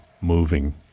moving